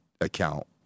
account